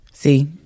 See